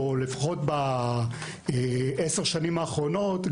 לפחות ב-10 השנים האחרונות,